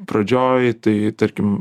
pradžioj tai tarkim